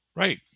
Right